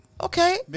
Okay